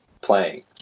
playing